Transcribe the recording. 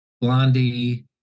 Blondie